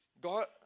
God